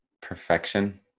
Perfection